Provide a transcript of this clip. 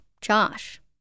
Josh